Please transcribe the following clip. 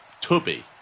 Tubby